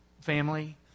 family